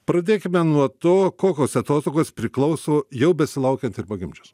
pradėkime nuo to kokios atostogos priklauso jau besilaukiant ir pagimdžius